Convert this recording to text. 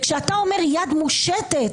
כשאתה אומר "יד מושטת",